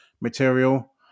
material